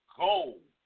gold